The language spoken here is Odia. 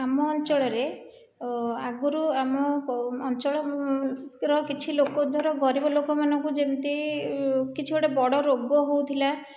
ଆମ ଅଞ୍ଚଳରେ ଆଗରୁ ଆମ ଅଞ୍ଚଳ ର କିଛି ଲୋକ ଧର ଗରିବ ଲୋକମାନଙ୍କୁ ଯେମିତି କିଛି ଗୋଟିଏ ବଡ଼ ରୋଗ ହେଉଥିଲା